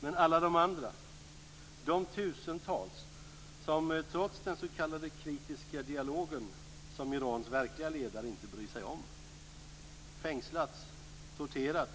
Hur är det med alla de andra, de tusentals som trots den s.k. kritiska dialogen, som Irans verkliga ledare inte bryr sig om, har fängslats, torterats,